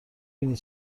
بینی